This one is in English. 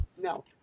No